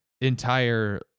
entire